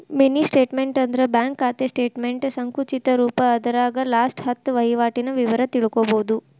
mini statement ಅಂದ್ರ bank ಖಾತೆ ಸ್ಟೇಟಮೆಂಟ್ನ ಸಂಕುಚಿತ ರೂಪ ಅದರಾಗ ಲಾಸ್ಟ ಹತ್ತ ವಹಿವಾಟಿನ ವಿವರ ತಿಳ್ಕೋಬೋದು